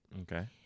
Okay